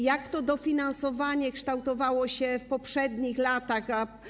Jak to dofinansowanie kształtowało się w poprzednich latach?